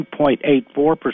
2.84%